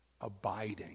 abiding